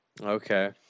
Okay